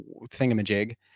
thingamajig